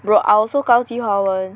bro I also 高级华文